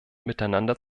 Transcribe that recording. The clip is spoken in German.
miteinander